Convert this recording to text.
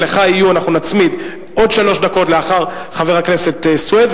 לך יהיו עוד שלוש דקות, לאחר חבר הכנסת סוייד.